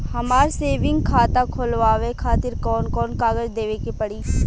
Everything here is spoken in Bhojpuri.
हमार सेविंग खाता खोलवावे खातिर कौन कौन कागज देवे के पड़ी?